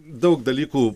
daug dalykų